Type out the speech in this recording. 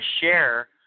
share